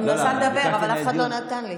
אני מנסה לדבר, אבל אף אחד לא נותן לי.